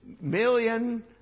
million